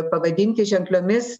pavadinti ženkliomis